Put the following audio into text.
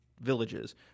villages